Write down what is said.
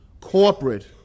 corporate